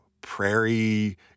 prairie